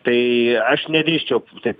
tai aš nedrįsčiau taip